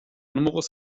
numerus